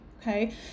okay